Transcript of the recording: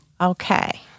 Okay